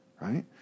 right